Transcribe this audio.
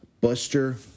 Buster